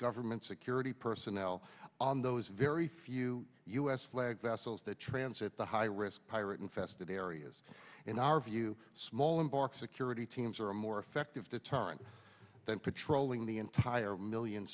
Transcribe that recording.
government security personnel on those very few u s flagged vessels that transit the high risk pirate infested areas in our view small embark security teams are a more effective deterrent than patrolling the entire million